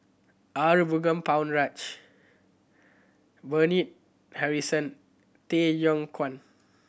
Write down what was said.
Arumugam Ponnu Rajah Bernard Harrison Tay Yong Kwang